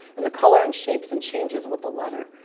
and the color and shapes and changes with the letter.